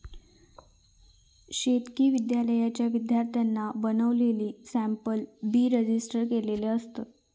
शेतकी विद्यालयाच्या विद्यार्थ्यांनी बनवलेले सॅम्पल बी रजिस्टर केलेले असतत